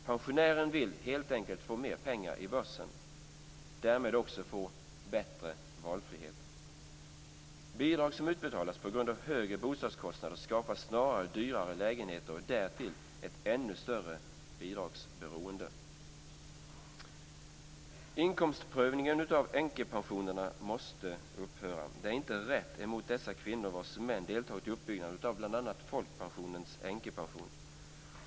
Pensionären vill helt enkelt få mer pengar i börsen och därmed också få bättre valfrihet. Bidrag som utbetalas på grund av högre bostadskostnader skapar snarare dyrare lägenheter och därtill ett ännu större bidragsberoende. Inkomstprövningen av änkepensionerna måste upphöra. Det är inte rätt mot dessa kvinnor, vars män deltagit i uppbyggnaden av bl.a. folkpensionens änkepension.